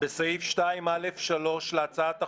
בסעיף 2(א)(3) להצעת החוק,